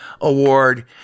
award